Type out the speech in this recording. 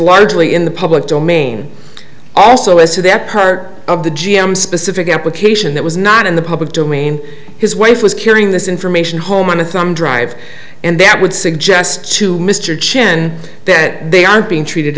largely in the public domain also as to that part of the g m specific application that was not in the public domain his wife was carrying this information home on a thumb drive and that would suggest to mr chen that they aren't being treated